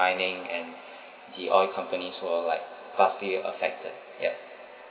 mining and the oil companies were like puffly affected ya